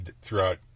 throughout